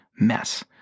mess